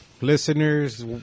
Listeners